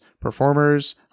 performers